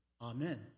amen